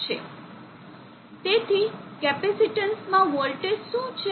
તેથી કેપેસિટીન્સમાં વોલ્ટેજ શું છે